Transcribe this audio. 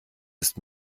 ist